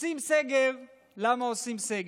עושים סגר, למה עושים סגר?